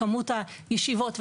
כמות הישיבות,